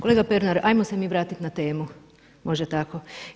Kolega Pernar, ajmo se mi vratiti na temu, može tako.